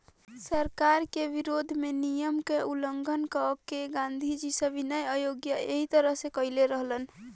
सरकार के विरोध में नियम के उल्लंघन क के गांधीजी सविनय अवज्ञा एही तरह से कईले रहलन